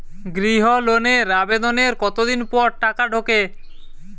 গৃহ লোনের আবেদনের কতদিন পর টাকা ঢোকে?